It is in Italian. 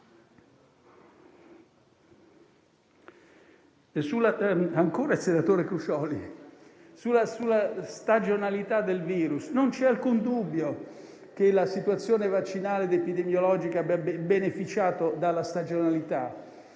ancora al senatore Crucioli sulla stagionalità del virus, non c'è alcun dubbio che la situazione vaccinale ed epidemiologica abbia beneficiato della stagionalità,